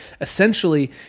Essentially